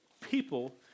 people